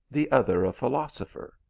the other a philosopher.